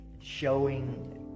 showing